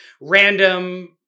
random